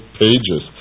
pages